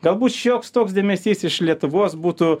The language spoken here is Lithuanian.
galbūt šioks toks dėmesys iš lietuvos būtų